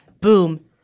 Boom